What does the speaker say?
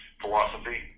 philosophy